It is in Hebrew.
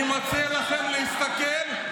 ומעבר לכך, אני מציע לכם להסתכל.